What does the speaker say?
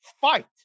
Fight